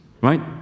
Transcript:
right